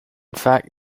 fact